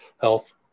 health